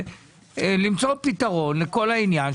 למצוא פתרון לכל העניין,